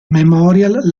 memorial